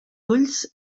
ulls